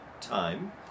time